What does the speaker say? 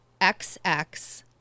XX